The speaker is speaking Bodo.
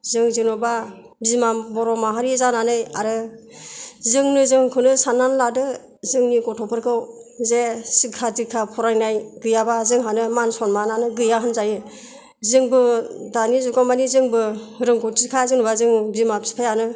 जों जेन'बा बिमा बर' माहारिनि जानानै आरो जोंनो जोंखौनो साननानै लादो जोंनि गथ'फोरखौ जे सिक्का डिक्का फरायनाय गैयाबा जोंहानो मान सम्मानआनो गैया होनजायो जोंबो दानि जुगआव मानि जोंबो रोंग'थिखा जेन'बा जों बिमा बिफायानो